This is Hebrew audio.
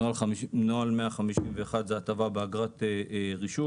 הטבה באגרת רישוי.